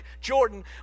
Jordan